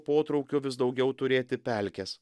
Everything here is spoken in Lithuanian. potraukio vis daugiau turėti pelkes